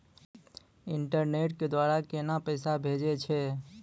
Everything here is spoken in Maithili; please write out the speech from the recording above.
इंटरनेट के द्वारा केना पैसा भेजय छै?